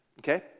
okay